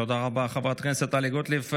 תודה רבה, חברת הכנסת טלי גוטליב.